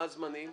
מה הזמנים?